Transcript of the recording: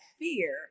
fear